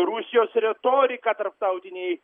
rusijos retorika tarptautinėj